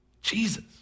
Jesus